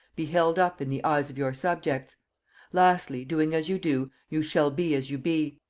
be held up in the eyes of your subjects lastly, doing as you do, you shall be as you be,